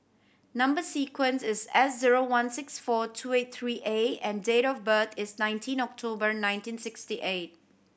number sequence is S zero one six four two eight three A and date of birth is nineteen October nineteen sixty eight